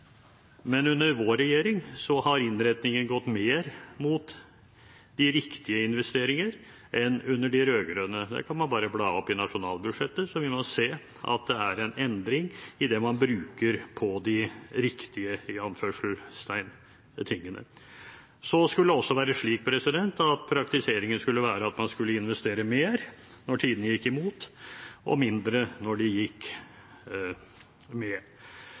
Men under vår regjering har innretningen gått mer mot de riktige investeringer enn under de rød-grønnes. Man kan bare bla opp i nasjonalbudsjettet, og der vil man se at det er en endring i det man bruker på de «riktige» tingene. Så skulle praktiseringen være slik at man skulle investere mer når tidene gikk imot, og mindre